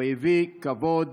הוא הביא כבוד